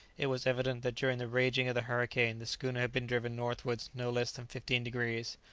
it was evident that during the raging of the hurricane the schooner had been driven northwards no less than fifteen degrees.